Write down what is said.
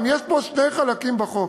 יש פה שתי חלקים בחוק: